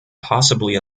possibly